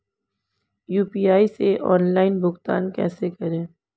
UPI से online भुगतान कैसे करें?